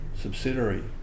subsidiary